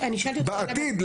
בעתיד,